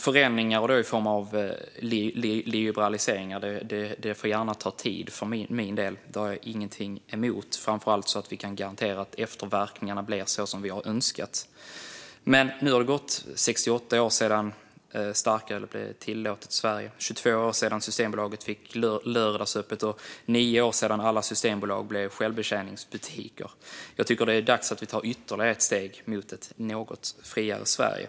Förändringar i form av liberaliseringar får gärna ta tid - det har jag ingenting emot - framför allt så att vi kan garantera att efterverkningarna blir som vi önskat. Men nu har det gått 68 år sedan starkölet blev tillåtet i Sverige. Det har gått 22 år sedan Systembolaget fick ha lördagsöppet och 9 år sedan alla Systembolag blev självbetjäningsbutiker. Det är dags att ta ytterligare ett steg mot ett något friare Sverige.